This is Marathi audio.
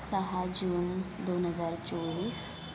सहा जून दोन हजार चोवीस